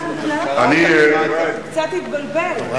הוא קצת התבלבל.